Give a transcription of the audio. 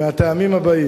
מהטעמים האלה: